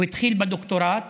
הוא התחיל בדוקטורט